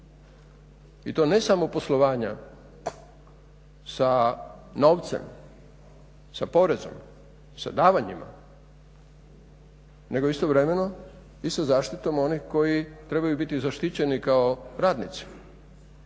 i to ne samo poslovanja sa novcem, sa porezom, sa davanjima nego istovremeno i sa zaštitom onih koji trebaju biti zaštićeni kao radnici.